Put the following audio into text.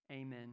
Amen